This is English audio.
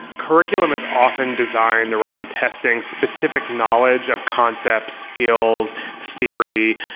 curriculum is often designed around testing specific knowledge of concepts, skills, theory.